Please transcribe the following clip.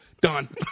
done